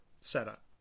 setup